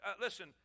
listen